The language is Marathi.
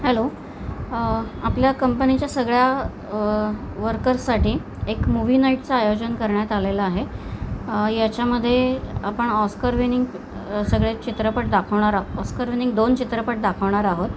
हॅलो आपल्या कंपनीच्या सगळ्या वर्कर्ससाठी एक मूव्ही नाईटचं आयोजन करण्यात आलेलं आहे याच्यामध्ये आपण ऑस्कर विनिंग सगळे चित्रपट दाखवणार ऑस्कर विनिंग दोन चित्रपट दाखवणार आहोत